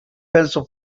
pencil